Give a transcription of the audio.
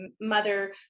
mother